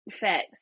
facts